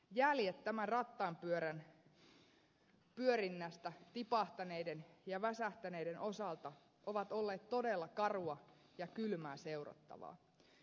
jäljet tämän rattaanpyörän pyörinnästä tipahtaneiden ja väsähtäneiden osalta ovat olleet todella karua ja kylmää seurattavaa